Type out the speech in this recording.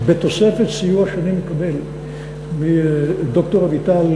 בתוספת סיוע שאני מקבל מד"ר אביטל